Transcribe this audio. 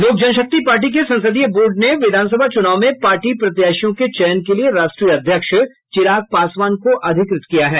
लोक जनशक्ति पार्टी के संसदीय बोर्ड ने विधानसभा चुनाव में पार्टी प्रत्याशियों के चयन के लिये राष्ट्रीय अध्यक्ष चिराग पासवान को अधिकृत किया है